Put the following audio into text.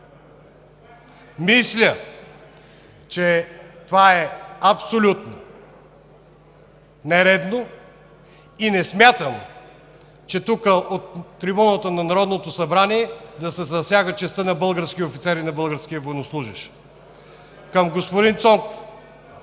Мисля, че това е абсолютно нередно и не смятам, че от трибуната на Народното събрание може да се засяга честта на българския офицер и на българския военнослужещ. Уважаеми господин Цонков,